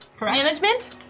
Management